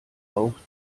auch